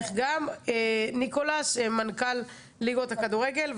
ניקולס, מנכ"ל ליגות הכדורגל.